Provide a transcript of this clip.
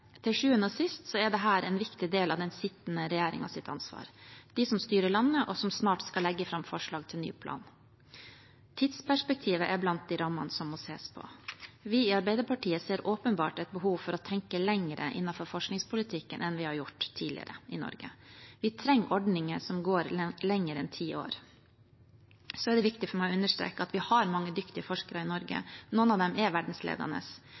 til sjuende og sist er dette en viktig del av den sittende regjerings ansvar, de som styrer landet, og som snart skal legge fram forslag til ny plan. Tidsperspektivet er blant de rammene som må ses på. Vi i Arbeiderpartiet ser et åpenbart behov for å tenke lenger innenfor forskningspolitikken enn vi har gjort tidligere i Norge. Vi trenger ordninger som går lenger enn ti år. Det er viktig for meg å understreke at vi har mange dyktige forskere i Norge. Noen av dem er verdensledende.